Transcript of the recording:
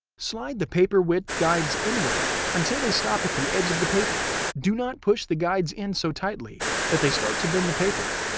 slide the paper width guides inward inward until they stop at the edge of the paper. do not push the guides in so tightly that they start to bend the paper.